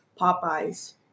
Popeye's